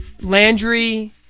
Landry